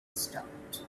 stopped